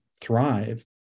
thrive